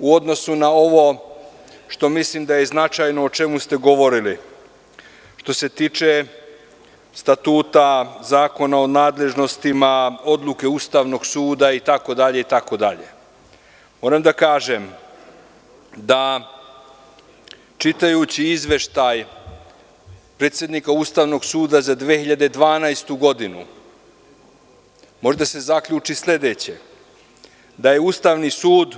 U odnosu na ovo, što mislim da je značajno, o čemu ste govorili, što se tiče Statuta, Zakona o nadležnostima, odluke Ustavnog suda i td, moram da kažem da, čitajući izveštaje predsednika Ustavnog suda za 2012. godinu, može da se zaključi sledeće – da je Ustavni sud